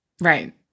Right